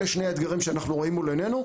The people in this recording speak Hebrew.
אלה הם שני האתגרים שאנחנו רואים מול עיננו,